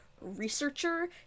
researcher